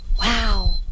Wow